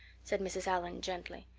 said mrs. allan gently.